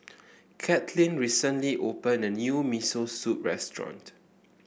Katlin recently open a new Miso Soup restaurant